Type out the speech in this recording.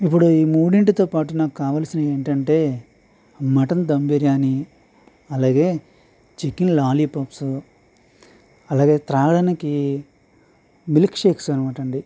ఇప్పుడు ఈ ముడింటితో పాటు నాకు కావాల్సినవి ఏంటి అంటే మటన్ ధమ్ బిర్యానీ అలాగే చికెన్ లాలిపాప్స్ అలాగే త్రాగడానికి మిల్క్షేక్స్ అన్నమాట అండి